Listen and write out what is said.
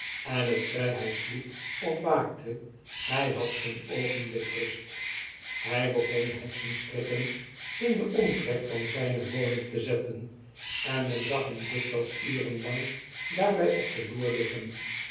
en hetzij hij sliep of waakte hg had geen oogenblik rust hy begon heksenstrikken in den omtrek van zijne woning te zetten en men zag hem dikwyls uren lang daarbg op deloerliggen